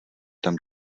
tam